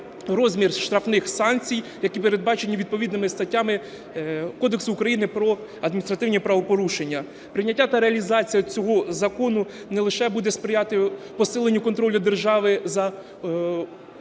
розмір штрафних санкцій, які передбачені відповідними статтями Кодексу України про адміністративні правопорушення. Прийняття та реалізація цього закону не лише буде сприяти контролю держави за обігом